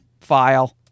file